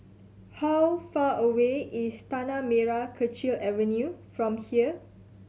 how far away is Tanah Merah Kechil Avenue from here